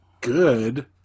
good